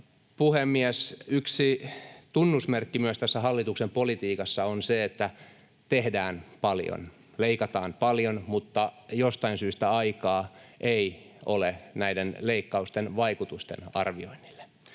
puhemies! Yksi tunnusmerkki tässä hallituksen politiikassa on myös se, että tehdään paljon, leikataan paljon, mutta jostain syystä aikaa ei ole näiden leikkausten vaikutusten arvioinnille.